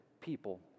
people